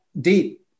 deep